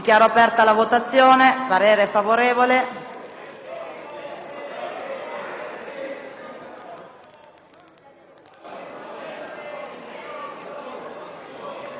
Dichiaro aperta la votazione.